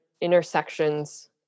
intersections